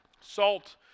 salt